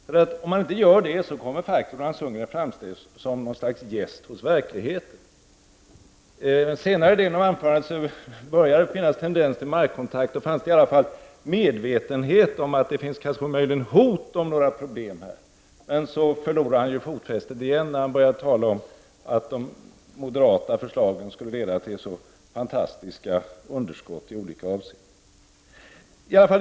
Om Roland Sundgren inte gör det, kommer han faktiskt att framstå som något slags gäst hos verkligheten. I den senare delen av anförandet börjar det finnas tendenser till markkontakt, och det finns där i alla fall en medvetenhet om att det kanske finns hot om problem. Sedan förlorar han emellertid fotfästet igen när han börjar tala om att de moderata förslagen skulle leda till så fantastiska underskott i olika avseenden.